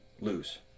lose